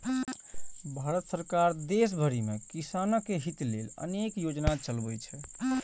भारत सरकार देश भरि मे किसानक हित लेल अनेक योजना चलबै छै